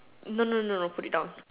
no no no no put it down